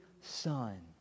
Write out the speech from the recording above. son